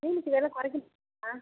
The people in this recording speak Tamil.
மீனுக்கு வில குறைக்க முடியும்ங்களா